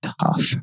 tough